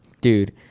Dude